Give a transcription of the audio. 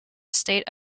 state